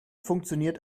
funktioniert